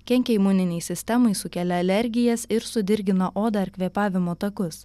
kenkia imuninei sistemai sukelia alergijas ir sudirgina odą ar kvėpavimo takus